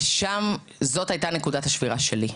זאת הייתה נקודת השבירה שלי,